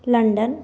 London